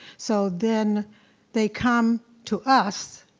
so then they come to us,